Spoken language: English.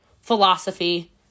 philosophy